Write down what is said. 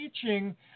teaching